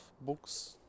books